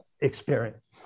experience